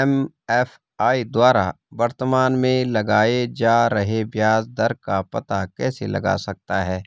MFI द्वारा वर्तमान में लगाए जा रहे ब्याज दर का पता कैसे लगा सकता है?